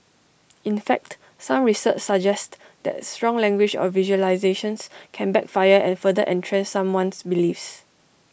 in fact some research suggests that strong language or visualisations can backfire and further entrench someone's beliefs